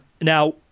Now